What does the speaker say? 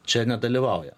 čia nedalyvauja